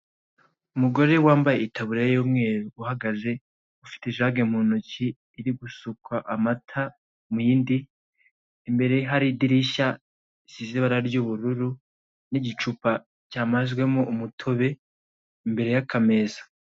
Umugore wambaye itaburiya y'umweru uhagaze ufite ijage mu ntoki iri gusuka amata mu yindi, imbere hari idirishya risize ibara ry'ubururu n'igicupa cyamazwemo umutobe imbere y'akameza.